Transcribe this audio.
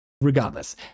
Regardless